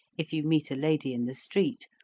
if you meet a lady in the street,